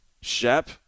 Shep